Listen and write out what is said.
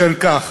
בשל כך